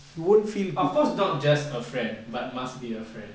of course not just a friend but must be a friend